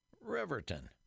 Riverton